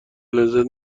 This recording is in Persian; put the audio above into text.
لذت